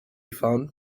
fun